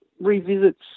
revisits